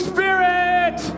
Spirit